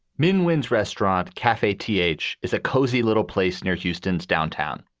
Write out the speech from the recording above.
min wins restaurant cafe t h. is a cozy little place near houston's downtown.